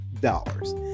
dollars